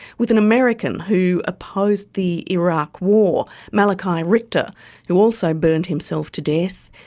with an american who opposed the iraq war malachi ritscher who also burned himself to death,